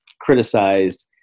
criticized